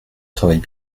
travaille